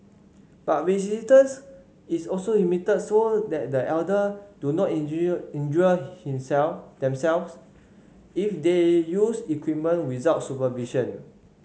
but resistance is also limited so that the elderly do not injure himself themselves if they use equipment without supervision